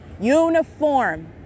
uniform